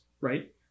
right